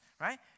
right